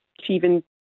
Achieving